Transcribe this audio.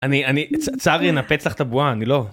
אני, אני, צר לי לנפץ לך את הבועה, אני לא...